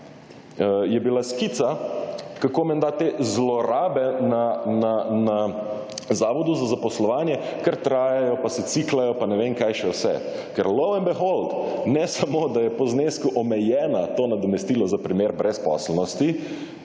je bila skica, kako menda te zlorabe na Zavodu za zaposlovanje kar trajajo, pa se »ciklajo«, pa ne vem kaj še vse, ker »lo and behold«, ne samo, da je po znesku omejena, to nadomestilo za primer brezposelnosti,